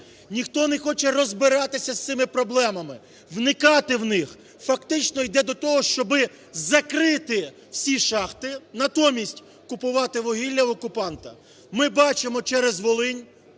Ніхто не хоче розбиратися з цими проблемами, вникати в них. Фактично йде до того, щоб закрити всі шахти, натомість купувати вугілля у окупанта. Ми бачимо, через Волинь